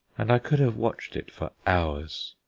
and i could have watched it for hours.